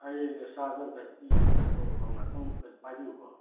ꯑꯩ ꯔꯦꯁꯇꯥꯗꯨ ꯑꯝꯇ ꯍꯥꯏꯐꯦꯇ ꯌꯦꯡꯒꯦ ꯀꯥꯡꯊꯣꯛꯑꯒ ꯉꯥꯛꯇꯪ ꯄꯥꯏꯕꯤꯎꯀꯣ